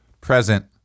Present